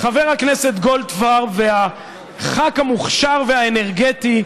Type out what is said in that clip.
חבר הכנסת גולדפרב והח"כ המוכשר והאנרגטי,